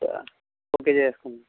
okay చేసుకుందాం